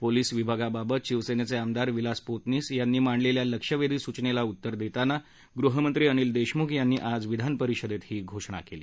police विभागाबाबत शिवसेनेचे आमदार विलास पोतनीस यांनी मांडलेल्या लक्षवेधी सूचनेला उत्तर देताना गृहमंत्री अनिल देशमुख यांनी आज विधान परिषदेत ही घोषणा केली